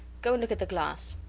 go and look at the glass.